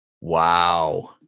Wow